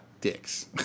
dicks